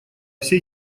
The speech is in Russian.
все